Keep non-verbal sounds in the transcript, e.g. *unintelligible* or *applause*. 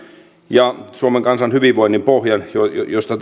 ja suomen kansan hyvinvoinnin pohjan josta *unintelligible*